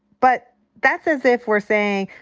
but that's as if we're saying,